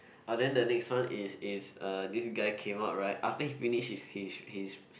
orh then the next one is is uh this guy came up right after he finish his his his